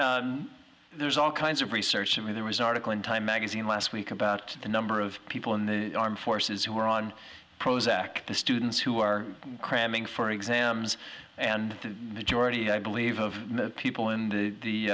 across there's all kinds of research i mean there was an article in time magazine last week about the number of people in the armed forces who are on prozac the students who are cramming for exams and the majority i believe of the people in the